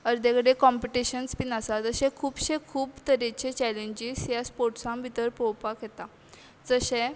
अर्दे कडेन कॉम्पिटिशन्स बीन आसात अशें खुबशे खूब तरेचे चॅलेंजीस ह्या स्पोट्सां भितर पोळोवपाक येता जशें